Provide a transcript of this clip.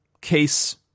case